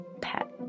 pet